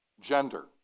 gender